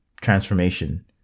transformation